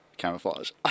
camouflage